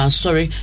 sorry